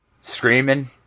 screaming